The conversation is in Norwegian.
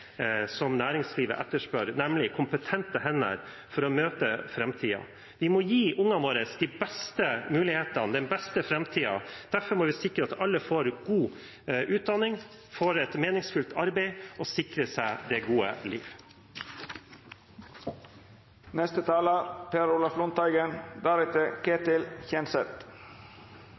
næringslivet etterspør, nemlig kompetente hender for å møte framtiden. Vi må gi ungene våre de beste mulighetene, den beste framtiden. Derfor må vi sikre at alle får en god utdanning, et meningsfylt arbeid og sikrer seg det gode liv.